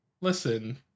listen